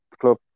club